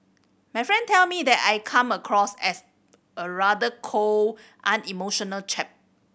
my friend tell me that I come across as a rather cold unemotional chap